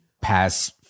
pass